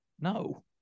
No